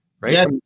right